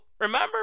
remember